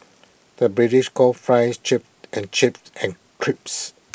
the British calls Fries Chips and chips and crisps